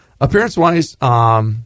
Appearance-wise